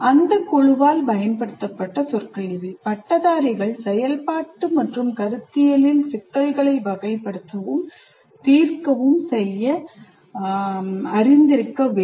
அந்தக் குழுவால் பயன்படுத்தப்படும் சொற்கள் இவை "பட்டதாரிகள் செயல்பாட்டு மற்றும் கருத்துருவில் சிக்கல்களை வகைப்படுத்தவும் தீர்க்கவும் செய்ய தெரிந்திருக்க வேண்டும்